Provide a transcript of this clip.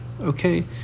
Okay